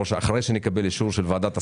אחרי שנקבל את האישור של ועדת ההסכמות,